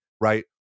right